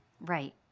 Right